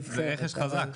לנבחרת.